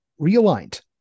realigned